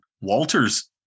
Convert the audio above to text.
Walter's